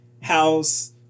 house